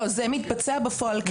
זה מתבצע בפועל.